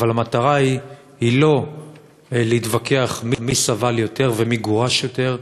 אבל המטרה היא לא להתווכח מי סבל יותר ומי גורש יותר,